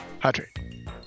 hydrate